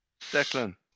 Declan